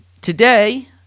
Today